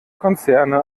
konzerne